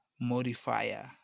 modifier